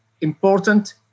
important